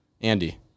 Andy